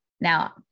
Now